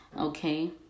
Okay